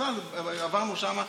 ובכלל עברנו שם.